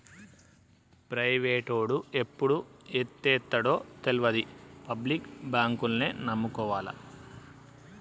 ప్రైవేటోడు ఎప్పుడు ఎత్తేత్తడో తెల్వది, పబ్లిక్ బాంకుల్నే నమ్ముకోవాల